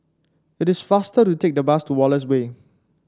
it is faster to take the bus to Wallace Way